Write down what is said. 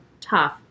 tough